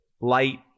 light